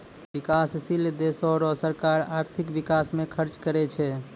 बिकाससील देसो रो सरकार आर्थिक बिकास म खर्च करै छै